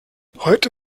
heute